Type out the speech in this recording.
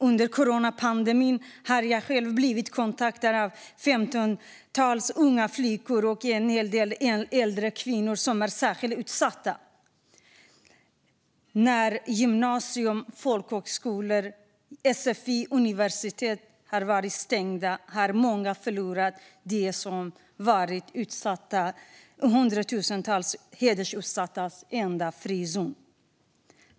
Under coronapandemin har jag själv blivit kontaktad av ett femtontal unga flickor och en del äldre kvinnor som är särskilt utsatta. När gymnasier, folkhögskolor, sfi och universitet varit stängda har många förlorat det som varit hundratusentals hedersutsattas enda frizon.